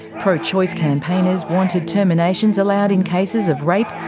pro-choice campaigners want ah terminations allowed in cases of rape, ah